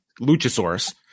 Luchasaurus